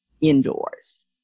indoors